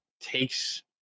takes